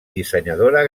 dissenyadora